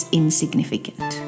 insignificant